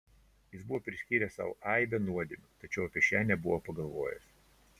jis buvo priskyręs sau aibę nuodėmių tačiau apie šią nebuvo pagalvojęs